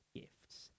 gifts